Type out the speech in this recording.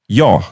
ja